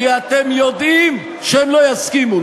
כי אתם יודעים שהם לא יסכימו,